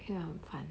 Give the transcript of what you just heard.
听了很烦